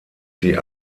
sie